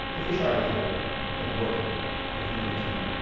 the fish are eating well at the bottom of the mediterranean.